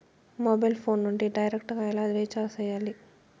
mobile phone నుండి direct గా ఎలా రీచార్జి సేయాలి